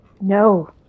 No